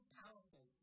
powerful